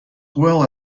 well